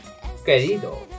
querido